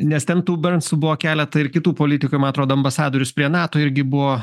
nes ten tų bernsų buvo keleta ir kitų politikų man atrodo ambasadorius prie nato irgi buvo